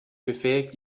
befähigt